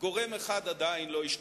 גורם אחד עדיין לא השתכנע,